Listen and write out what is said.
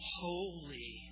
holy